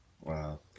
Wow